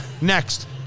Next